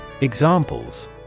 Examples